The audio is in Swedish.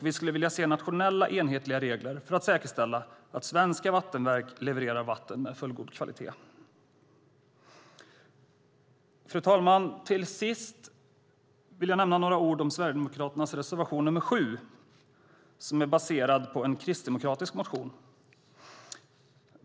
Vi skulle vilja se nationella enhetliga regler för att säkerställa att svenska vattenverk levererar vatten av fullgod kvalitet. Till sist vill jag säga några ord om Sverigedemokraternas reservation nr 7 som är baserad på en kristdemokratisk motion.